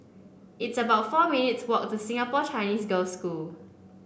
it's about four minutes' walk to Singapore Chinese Girls' School